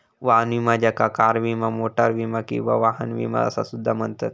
वाहन विमा ज्याका कार विमा, मोटार विमा किंवा वाहन विमा असा सुद्धा म्हणतत